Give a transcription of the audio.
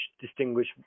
distinguish